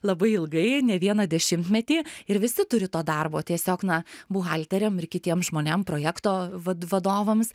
labai ilgai ne vieną dešimtmetį ir visi turi to darbo tiesiog na buhalteriam ir kitiem žmonėm projekto vadovams